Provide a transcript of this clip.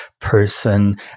person